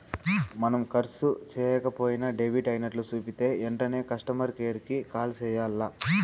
మనం కర్సు సేయక పోయినా డెబిట్ అయినట్లు సూపితే ఎంటనే కస్టమర్ కేర్ కి కాల్ సెయ్యాల్ల